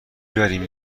بیارین